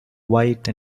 white